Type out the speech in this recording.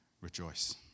rejoice